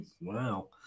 wow